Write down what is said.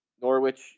Norwich